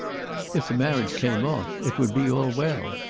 if the marriage came off it would be all well.